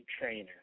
trainer